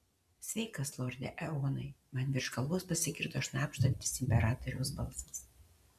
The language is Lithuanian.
sveikas lorde eonai man virš galvos pasigirdo šnabždantis imperatoriaus balsas